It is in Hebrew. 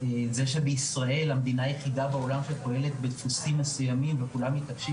ישראל היא המדינה היחידה בעולם שפועלת בדפוסים מסוימים וכולם מתעקשים